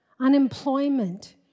unemployment